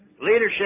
Leadership